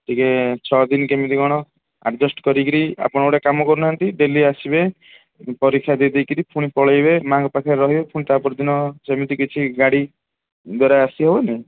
ଟିକେ ଛଅଦିନ କେମିତି କ'ଣ ଆଡ଼ଜେଷ୍ଟ କରିକିରି ଆପଣ ଗୋଟେ କାମ କରୁନାହାନ୍ତି ଡେଲି ଆସିବେ ପରୀକ୍ଷା ଦେଇ ଦେଇକିରି ପୁଣି ପଳେଇବେ ମାଆଙ୍କ ପାଖେ ରହିବେ ପୁଣି ତା'ପରଦିନ ସେମିତି କିଛି ଗାଡ଼ି ଦ୍ଵାରା ଆସିହେଉନି